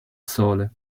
sole